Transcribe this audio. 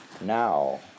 now